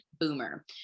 boomer